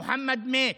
מוחמד מת,